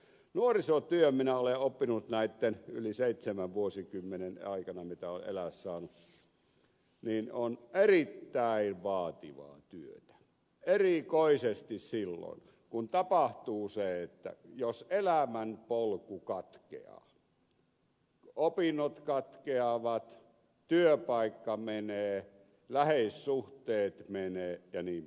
nuorisotyö sen minä olen oppinut näitten yli seitsemän vuosikymmenen aikana mitä olen elää saanut on erittäin vaativaa erikoisesti silloin kun tapahtuu se että elämänpolku katkeaa opinnot katkeavat työpaikka menee läheissuhteet menevät jnp